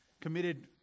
committed